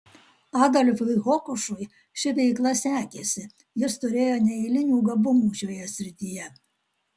adolfui hokušui ši veikla sekėsi jis turėjo neeilinių gabumų šioje srityje